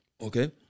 Okay